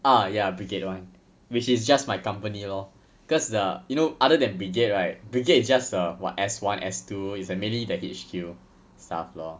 ah ya brigade [one] which is just my company lor cause the you know other than brigade right brigade is just a what S one S two it's mainly the H_Q staff lor